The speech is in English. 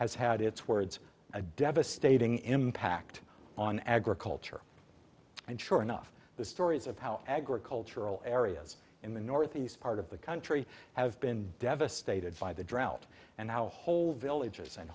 has had its words a devastating impact on agriculture and sure enough the stories of how agricultural areas in the northeast part of the country have been devastated by the drought and how whole villages a